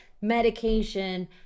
medication